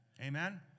Amen